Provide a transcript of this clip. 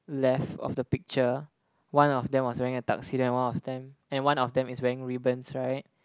left of the picture one of them was wearing a tuxedo and one of them and one of them is wearing ribbons right